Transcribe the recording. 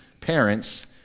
parents